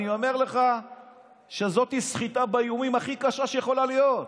אני אומר לך שזאת סחיטה באיומים הכי קשה שיכולה להיות.